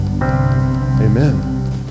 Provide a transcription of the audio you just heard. Amen